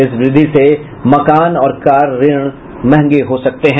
इस वृद्धि से मकान और कार ऋण महंगे हो सकते हैं